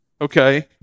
okay